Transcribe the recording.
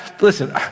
Listen